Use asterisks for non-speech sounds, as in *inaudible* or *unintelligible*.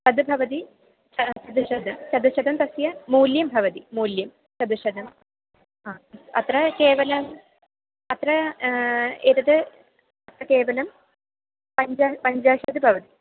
तद् भवति *unintelligible* चतुश्शतं तस्य मूल्यं भवति मूल्यं चतुश्शतम् आ अत्र केवलम् अत्र एतत् अत्र केवलं पञ्च पञ्चाशत् भवति